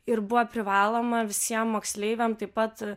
ir buvo privaloma visiem moksleiviam taip pat